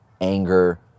anger